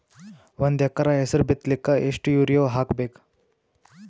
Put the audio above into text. ಒಂದ್ ಎಕರ ಹೆಸರು ಬಿತ್ತಲಿಕ ಎಷ್ಟು ಯೂರಿಯ ಹಾಕಬೇಕು?